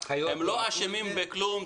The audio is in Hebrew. אדוני, הם לא אשמים בכלום.